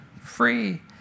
free